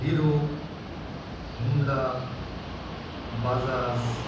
hero Honda Bajaj